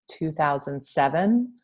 2007